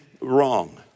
wrong